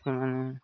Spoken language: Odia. ସେମାନେ